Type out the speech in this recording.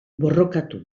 borrokatu